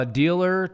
dealer